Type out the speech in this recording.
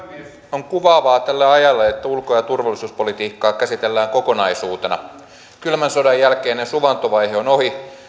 on kuvaavaa tälle ajalle että ulko ja turvallisuuspolitiikkaa käsitellään kokonaisuutena kylmän sodan jälkeinen suvantovaihe on ohi